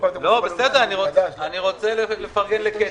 בסדר, אני רוצה לפרגן לקטי.